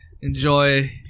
Enjoy